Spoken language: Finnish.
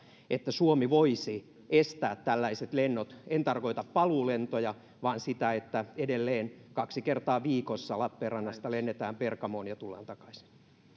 että suomi voisi estää tällaiset lennot en tarkoita paluulentoja vaan sitä että edelleen kaksi kertaa viikossa lappeenrannasta lennetään bergamoon ja tullaan takaisin